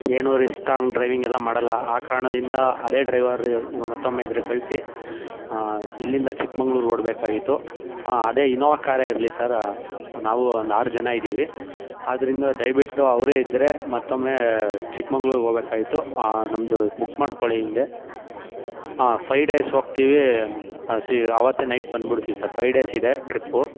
ಏನೂ ರಿಸ್ಕ್ ತಗೊಂಡ್ ಡ್ರೈವಿಂಗ್ ಎಲ್ಲ ಮಾಡೋಲ್ಲ ಆ ಕಾರಣದಿಂದ ಅದೇ ಡ್ರೈವರ್ ಇವಾಗ ಮತ್ತೊಮ್ಮೆ ಇದ್ದರೆ ಕಳಿಸಿ ಇಲ್ಲಿಂದ ಚಿಕ್ಮಗ್ಳೂರ್ಗೆ ಹೊರಡ್ಬೇಕಾಗಿತ್ತು ಆಂ ಅದೇ ಇನೋವಾ ಕಾರೇ ಇರಲಿ ಸರ್ ನಾವು ಒಂದು ಆರು ಜನ ಇದ್ದೀವಿ ಆದ್ದರಿಂದ ದಯವಿಟ್ಟು ಅವರೇ ಇದ್ದರೆ ಮತ್ತೊಮ್ಮೆ ಚಿಕ್ಮಗ್ಳೂರ್ಗೆ ಹೋಗಬೇಕಾಗಿತ್ತು ನಮ್ಮದು ಬುಕ್ ಮಾಡ್ಕೊಳ್ಳಿ ಹೀಗೆ ಆಂ ಫೈಯ್ ಡೇಸ್ ಹೋಗ್ತೀವಿ ಸೀ ಆವತ್ತೇ ನೈಟ್ ಬಂದ್ಬಿಡ್ತೀವ್ ಸರ್ ಫೈಯ್ ಡೇಸ್ ಇದೆ ಟ್ರಿಪ್ಪು